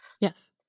Yes